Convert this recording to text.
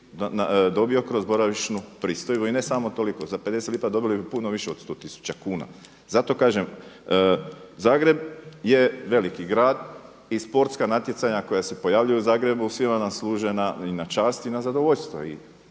dobio kroz boravišnu pristojbu. I ne samo toliko, za 50 lipa dobili bi puno više od sto tisuća kuna. Zato kažem, Zagreb je veliki grad i sportska natjecanja koja se pojavljuju u Zagrebu svima nam služe i na čast i na zadovoljstvo.